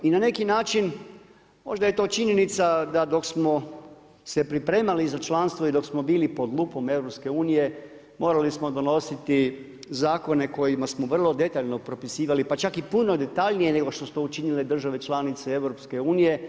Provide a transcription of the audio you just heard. I na neki način možda je to činjenica da dok smo se pripremali za članstvo i dok smo bili pod lupom EU morali smo donositi zakone kojima smo vrlo detaljno propisivali pa čak i puno detaljnije nego što su to učinile države članice EU.